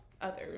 Others